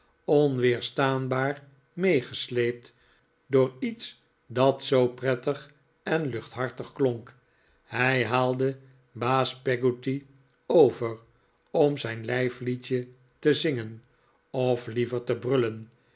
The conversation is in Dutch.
onweerstaanbaar meegesleept door iets dat zoo prettig en luchthartig klonk hij haalde baas peggotty over om zijn lijfliedje te zingen of liever te brullen